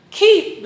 keep